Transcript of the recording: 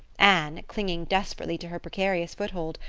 anne, clinging desperately to her precarious foothold,